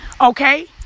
Okay